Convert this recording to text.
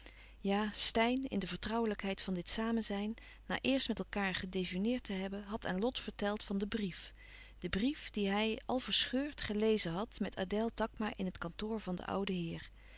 steyn in de vertrouwelijkheid van dat samenzijn na eerst met elkaâr gedejeuneerd te hebben had aan lot verteld van den brief den brief dien hij al verscheurd gelezen had met adèle takma in het kantoor van den ouden heer